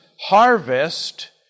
harvest